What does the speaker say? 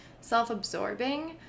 Self-absorbing